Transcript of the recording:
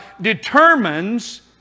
determines